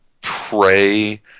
pray